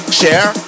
share